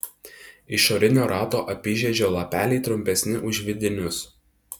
išorinio rato apyžiedžio lapeliai trumpesni už vidinius